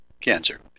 cancer